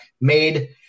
made